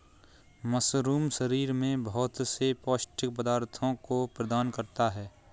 mushroom शरीर में बहुत से पौष्टिक पदार्थों को प्रदान करता है